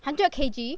hundred K_G